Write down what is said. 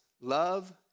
love